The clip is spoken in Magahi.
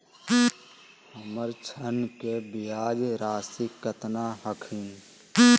हमर ऋण के ब्याज रासी केतना हखिन?